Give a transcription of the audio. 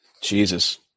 Jesus